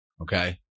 okay